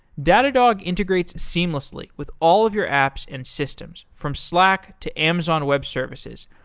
datadog integrates seamlessly with all of your apps and systems from slack, to amazon web services,